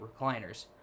recliners